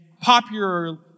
popular